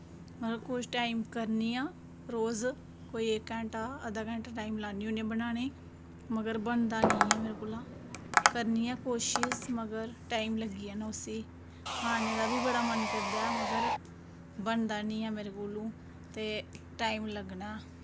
मगर कुछ टाईम करनी आं रोज़ कोई इक्क घैंटा अद्धा घैंटा लान्नी होन्नी आं बनाने गी मगर बनदा निं ऐ मेरे कोला करनी आं कोशिश मगर टाईम लग्गी जाना उसगी खाने दा बी बड़ा मन करदा ऐ मगर बनदा निं ऐ मेरे कोला ते टाईम लग्गना